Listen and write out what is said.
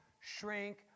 shrink